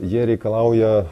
jie reikalauja